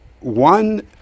One